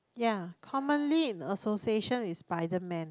ya commonly in a association with Spiderman